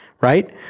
right